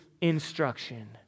instruction